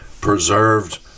Preserved